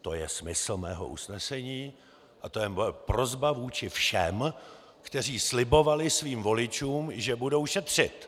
To je smysl mého usnesení a to je moje prosba vůči všem, kteří slibovali svým voličům, že budou šetřit.